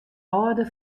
âlde